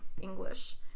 English